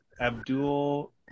Abdul